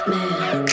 Man